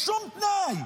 בשום תנאי,